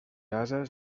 ases